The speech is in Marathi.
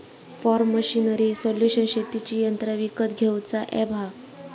फॉर्म मशीनरी सोल्यूशन शेतीची यंत्रा विकत घेऊचा अॅप हा